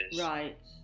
Right